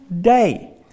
day